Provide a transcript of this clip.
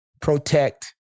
protect